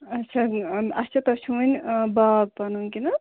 اچھا اچھا تۄہہِ چھُو وُنہِ باغ پنُن کہِ نَہ حظ